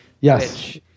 Yes